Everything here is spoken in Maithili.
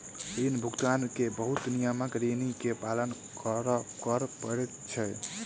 ऋण भुगतान के बहुत नियमक ऋणी के पालन कर पड़ैत छै